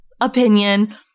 opinion